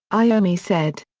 iommi said.